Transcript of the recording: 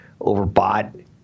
overbought